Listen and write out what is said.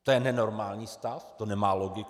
To je nenormální stav, to nemá logiku.